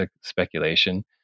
speculation